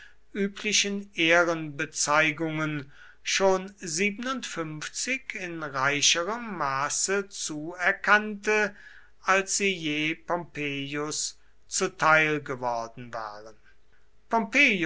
üblichen ehrenbezeigungen schon in reicherem maße zuerkannte als sie je pompeius zuteil geworden waren